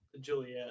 Juliet